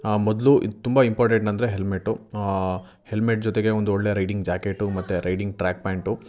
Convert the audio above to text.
ಮೊದಲು ಇದು ತುಂಬ ಇಂಪಾರ್ಟೆಂಟ್ ಅಂದರೆ ಹೆಲ್ಮೆಟ್ಟು ಹೆಲ್ಮೆಟ್ ಜೊತೆಗೆ ಒಂದು ಒಳ್ಳೆಯ ರೈಡಿಂಗ್ ಜಾಕೇಟು ಮತ್ತು ರೈಡಿಂಗ್ ಟ್ರ್ಯಾಕ್ ಪ್ಯಾಂಟು